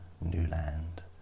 Newland